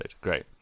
Great